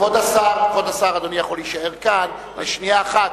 כבוד השר, אדוני יכול להישאר כאן לשנייה אחת?